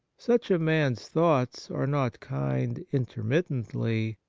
such a man's thoughts are not kind intermittingly,